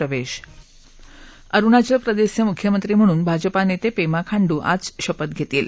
प्रवेश अरुणाचल प्रदेशचे मुख्यमंत्री म्हणून भाजपा नेते पेमा खांडू आज शपथ घेतील